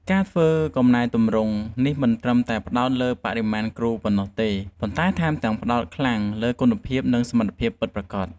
ការធ្វើកំណែទម្រង់នេះមិនត្រឹមតែផ្តោតលើបរិមាណគ្រូប៉ុណ្ណោះទេប៉ុន្តែថែមទាំងផ្តោតខ្លាំងលើគុណភាពនិងសមត្ថភាពពិតប្រាកដ។